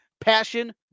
Passion